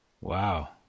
Wow